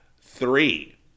three